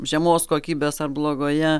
žemos kokybės ar blogoje